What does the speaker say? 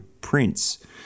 Prince